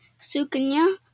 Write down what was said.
Sukanya